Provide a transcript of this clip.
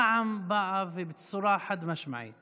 רע"מ באה, ובצורה חד-משמעית